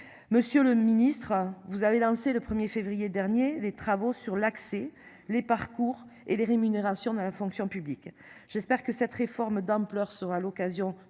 Monsieur le Ministre, vous avez lancé le 1er février dernier, les travaux sur l'accès les parcours et les rémunérations dans la fonction publique. J'espère que cette réforme d'ampleur sera l'occasion